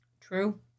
True